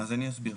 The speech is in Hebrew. אני אסביר.